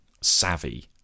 savvy